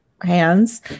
hands